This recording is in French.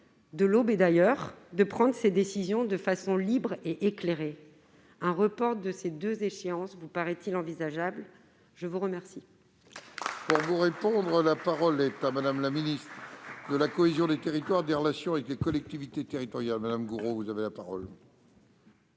de l'Aube et d'ailleurs, de prendre leurs décisions de façon libre et éclairée ? Un report de ces deux échéances vous paraît-il envisageable ? La parole